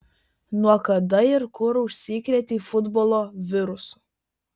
nuo kada ir kur užsikrėtei futbolo virusu